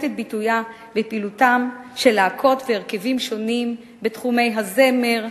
את ביטויה בפעילותם של להקות והרכבים שונים בתחומי הזמר,